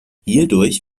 hierdurch